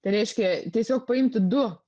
tai reiškia tiesiog paimti du